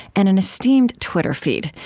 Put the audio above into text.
and an esteemed twitter feed,